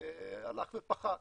הלך ופחת.